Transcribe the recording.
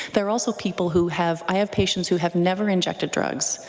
there are also people who have i have patients who have never injected drugs.